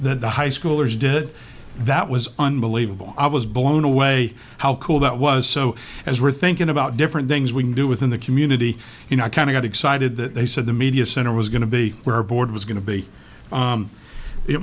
that the high schoolers did that was unbelievable i was blown away how cool that was so as we're thinking about different things we can do within the community you know i kind of got excited that they said the media center was going to be where our board was going to be